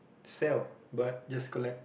sell but just collect